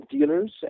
dealers